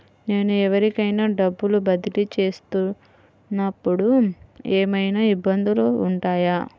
నేను ఎవరికైనా డబ్బులు బదిలీ చేస్తునపుడు ఏమయినా ఇబ్బందులు వుంటాయా?